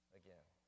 again